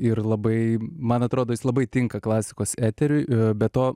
ir labai man atrodo jis labai tinka klasikos eteriui be to